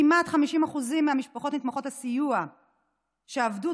כמעט 50% מהמשפחות נתמכות הסיוע שעבדו